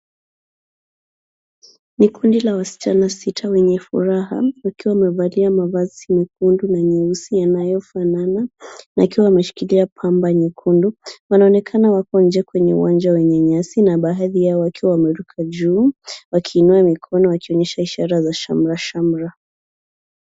Ni kundi la wasichana sita wenye furaha wakiwa wamevalia mavazi mekundu na nyeusi yanayofanana na wakiwa wameshikilia pamba nyekundu. Wanonekana wako nje kwenye uwanja wenye nyasi na baadhi yao wakiwa wameruka juu wakiinua mikono wakionyesha ishara za shamrashamra.